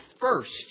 first